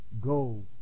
go